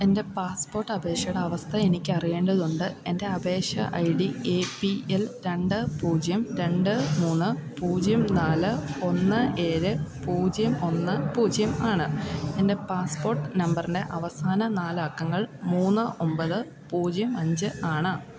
എൻ്റെ പാസ്പോർട്ട് അപേക്ഷയുടെ അവസ്ഥ എനിക്ക് അറിയേണ്ടതുണ്ട് എൻ്റെ അപേക്ഷാ I D A P L രണ്ട് പൂജ്യം രണ്ട് മൂന്ന് പൂജ്യം നാല് ഒന്ന് ഏഴ് പൂജ്യം ഒന്ന് പൂജ്യം ആണ് എൻ്റെ പാസ്പോർട്ട് നമ്പറിൻ്റെ അവസാന നാലക്കങ്ങൾ മൂന്ന് ഒൻപത് പൂജ്യം അഞ്ച് ആണ്